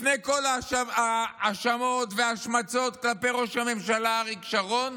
לפני כל ההאשמות וההשמצות כלפי ראש הממשלה אריק שרון